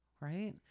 right